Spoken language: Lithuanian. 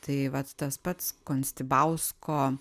tai vat tas pats konstibausko